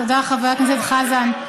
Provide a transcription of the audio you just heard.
תודה, חבר הכנסת חזן.